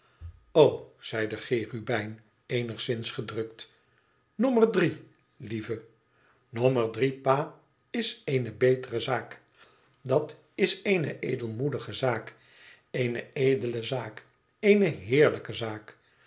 zei de cherubijn eenigszins gedrukt nommer drie lieve tnommer drie pa is eene betere zaak dat is eene edelmoedige zaak eene edele zaak eene heerlijke zaak